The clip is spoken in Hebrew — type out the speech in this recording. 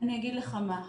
אני אגיד לך מה.